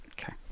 Okay